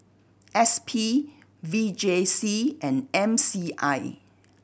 S P V J C and M C I